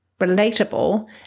relatable